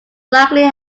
likely